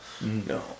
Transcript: No